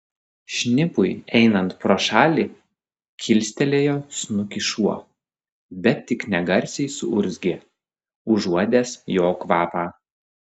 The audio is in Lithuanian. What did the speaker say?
šnipui einant pro šalį kilstelėjo snukį šuo bet tik negarsiai suurzgė užuodęs jo kvapą